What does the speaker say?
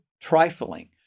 trifling